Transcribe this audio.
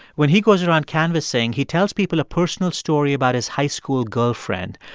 when he goes around canvassing, he tells people a personal story about his high school girlfriend.